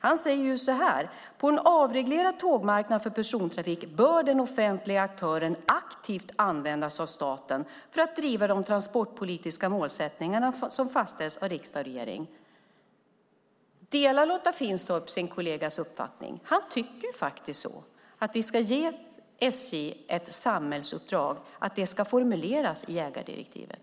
Han säger så här: På en avreglerad tågmarknad för persontrafik bör den offentliga aktören aktivt användas av staten för att driva de transportpolitiska målsättningar som fastställs av riksdagen och regeringen. Delar Lotta Finstorp sin kollegas uppfattning? Han tycker att vi ska ge SJ ett samhällsuppdrag och att det ska formuleras i ägardirektivet.